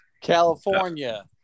california